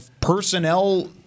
personnel